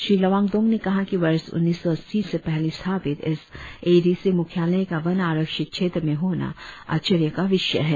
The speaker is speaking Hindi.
श्री लोवांगडोंग ने कहा कि वर्ष उन्नीस सौ अस्सी से पहले स्थापित इस ए डी सी म्ख्यालय का वन आरक्षित क्षत्र में होना आश्चर्य का विषय है